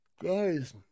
Guys